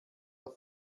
der